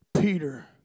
peter